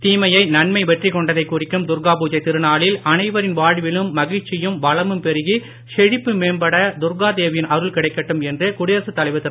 தீமையை நன்மை வெற்றி கொண்டதைக் குறிக்கும் துர்கா பூஜை திருநாளில் அனைவரின் வாழ்விலும் மகிழ்ச்சியும் வளமும் பெருகி செழிப்பு மேம்பட துர்காதேவியின் அருள் கிடைக்கட்டும் என்று குடியரசுத் தலைவர் திரு